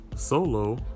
solo